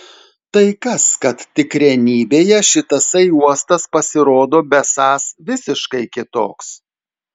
tai kas kad tikrenybėje šitasai uostas pasirodo besąs visiškai kitoks